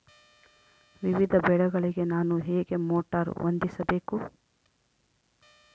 ವಿವಿಧ ಬೆಳೆಗಳಿಗೆ ನಾನು ಹೇಗೆ ಮೋಟಾರ್ ಹೊಂದಿಸಬೇಕು?